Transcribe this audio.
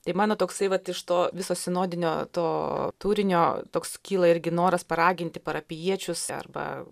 tai mano toksai vat iš to viso sinodinio to turinio toks kyla irgi noras paraginti parapijiečius arba